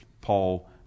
Paul